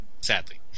Sadly